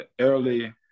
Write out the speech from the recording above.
early